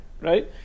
Right